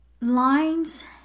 lines